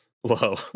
Whoa